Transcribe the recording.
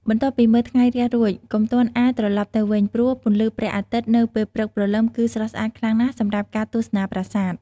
បន្ទាប់ពីមើលថ្ងៃរះរួច កុំទាន់អាលត្រឡប់ទៅវិញ ព្រោះពន្លឺព្រះអាទិត្យនៅពេលព្រឹកព្រលឹមគឺស្រស់ស្អាតខ្លាំងណាស់សម្រាប់ការទស្សនាប្រាសាទ។